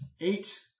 Eight